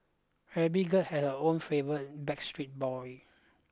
every girl had her own favourite Backstreet Boy